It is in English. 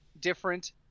different